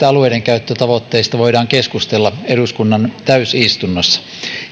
alueidenkäyttötavoitteista voidaan keskustella eduskunnan täysistunnossa